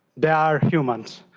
they are humans.